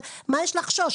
מה יש לחשוש?